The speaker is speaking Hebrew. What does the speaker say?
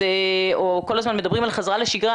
או כל הזמן מדברים על חזרה לשגרה,